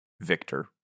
victor